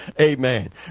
Amen